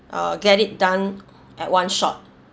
uh get it done at one shot